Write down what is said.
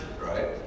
right